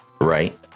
right